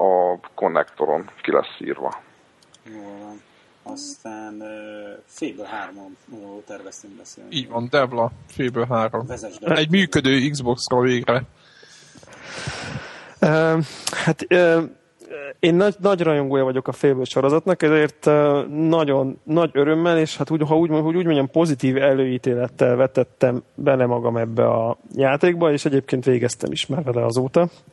a konnektoron ki lesz írva. Jól van. Aztán, ö, Fable 3-on terveztünk beszélni. Így van, Devla, Fable 3-on. Vezess be. Egy működő Xboxról végre. Ö, hát, ö, én nagy- nagy rajongója vagyok a Fable sorozatnak, ezért, ö, nagyon nagy örömmel, és hát úgy- ha úgy- hogy úgy mondjam, pozitív előítélettel vetettem bele magam ebbe a játékba, és egyébként végeztem is már vele azóta.